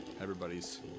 everybody's